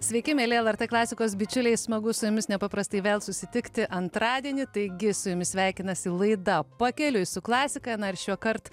sveiki mieli lrt klasikos bičiuliai smagu su jumis nepaprastai vėl susitikti antradienį taigi su jumis sveikinasi laida pakeliui su klasika na ir šiuokart